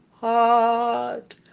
heart